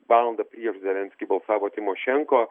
valandą prieš zelenskį balsavo tymošenko